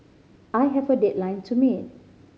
I have a deadline to meet